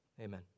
Amen